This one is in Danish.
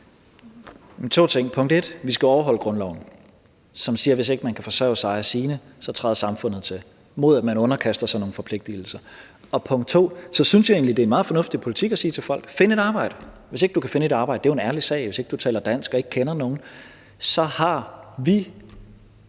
skal overholde grundloven, som siger, at hvis ikke man kan forsørge sig og sine, så træder samfundet til, mod at man underkaster sig nogle forpligtelser. Som punkt 2 synes jeg egentlig, det er en meget fornuftig politik at sige til folk: Find et arbejde, og hvis ikke du kan finde et arbejde – det er jo en ærlig sag, hvis ikke du taler dansk og ikke kender nogen – så har vi